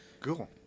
cool